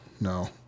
No